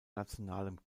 nationalem